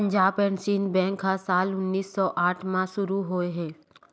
Punjab and Sind bank ह साल उन्नीस सौ आठ म शुरू होए हे